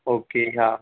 okay હા